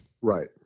Right